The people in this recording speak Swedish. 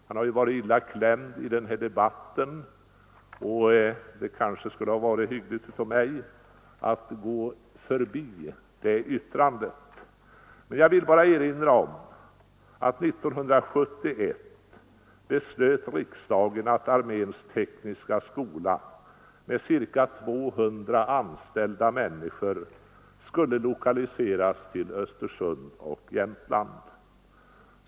Han har varit illa klämd i den här debatten och det kanske hade varit hyggligt av mig att gå förbi det yttrandet. Men jag vill bara erinra om att riksdagen år 1971 beslöt att arméns tekniska skola med ca 200 anställda skulle lokaliseras till Jämtland och Östersund.